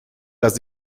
las